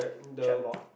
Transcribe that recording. checkboard